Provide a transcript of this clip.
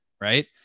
right